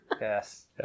Yes